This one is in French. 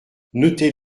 notez